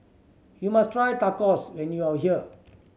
you must try Tacos when you are here